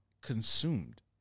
consumed